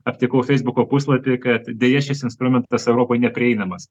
aptikau feisbuko puslapy kad deja šis instrumentas europoj neprieinamas